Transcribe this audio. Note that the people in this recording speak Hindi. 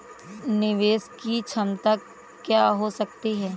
निवेश की क्षमता क्या हो सकती है?